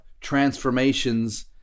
transformations